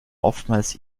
oftmals